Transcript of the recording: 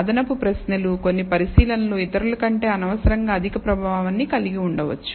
అదనపు ప్రశ్నలు కొన్ని పరిశీలనలు ఇతరులు కంటే అనవసరంగా అధిక ప్రభావాన్ని కలిగి ఉండవచ్చు